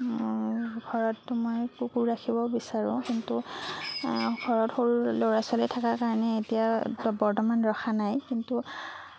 ঘৰতটো মই কুকুৰ ৰাখিবও বিচাৰোঁ কিন্তু ঘৰত সৰু ল'ৰা ছোৱালী থাকাৰ কাৰণে এতিয়া বৰ্তমান ৰখা নাই কিন্তু